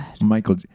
michael